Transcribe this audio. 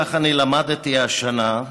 כך אני למדתי השנה,